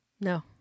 No